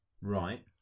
right